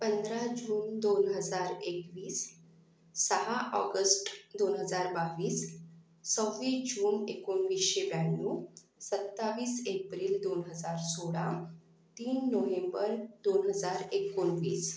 पंधरा जून दोन हजार एकवीस सहा ऑगस्ट दोन हजार बावीस सव्वीस जून एकोणवीसशे ब्याण्णव सत्तावीस एप्रिल दोन हजार सोळा तीन नोहेंबर दोन हजार एकोणवीस